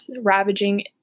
ravaging